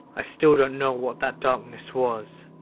i still don't know what that darkness was,